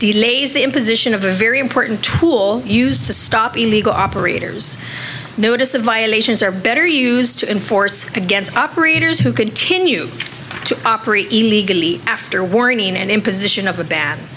delays the imposition of a very important tool used to stop illegal operators notice of violations or better used to enforce against operators who continue to operate illegally after warning and imposition of a ban